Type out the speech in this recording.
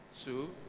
two